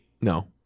No